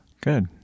Good